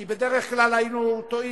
כי בדרך כלל היינו טועים.